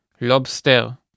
Lobster